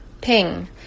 Ping